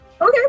Okay